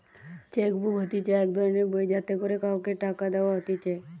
check book হতিছে এক ধরণের বই যাতে করে কাওকে টাকা দেওয়া হতিছে